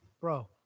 bro